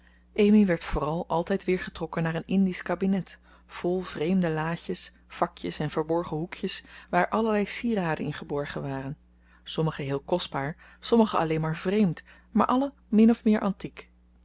amy werd vooral altijd weer getrokken naar een indisch kabinet vol vreemde laatjes vakjes en verborgen hoekjes waar allerlei sieraden in geborgen waren sommige heel kostbaar sommige alleen maar vreemd maar alle min of meer antiek